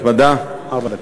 כנסת נכבדה, ארבע דקות.